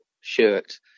shirt